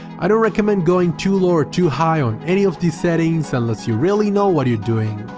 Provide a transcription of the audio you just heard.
i don't recommend going too low or too high on any of these settings unless you really know what you're doing.